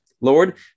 Lord